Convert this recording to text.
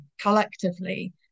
collectively